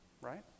right